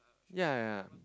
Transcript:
ya ya